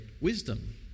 wisdom